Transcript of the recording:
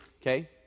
okay